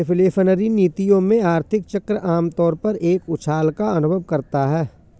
reflationary नीतियों में, आर्थिक चक्र आम तौर पर एक उछाल का अनुभव करता है